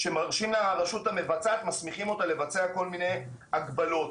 שמסמיכים את הרשות המבצעת לבצע כל מיני הגבלות.